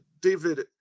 david